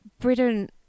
Britain